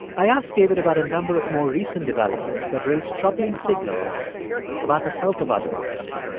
i asked david about a number of more recent developments that raise troubling signals about the health of our democracy